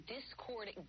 Discord